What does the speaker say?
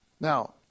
Now